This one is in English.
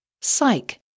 Psych